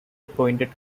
appointed